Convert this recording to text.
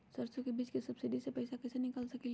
सरसों बीज के सब्सिडी के पैसा कईसे निकाल सकीले?